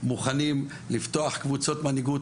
מוכנים לפתוח קבוצות מנהיגות.